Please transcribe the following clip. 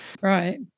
Right